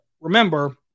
remember